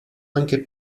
anche